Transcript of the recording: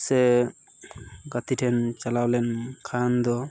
ᱥᱮ ᱜᱟᱛᱮ ᱴᱷᱮᱱ ᱪᱟᱞᱟᱣ ᱞᱮᱱ ᱠᱷᱟᱱ ᱫᱚ